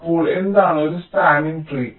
അപ്പോൾ എന്താണ് ഒരു സ്പാനിങ് ട്രീ